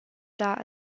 dar